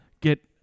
get